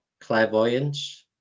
clairvoyance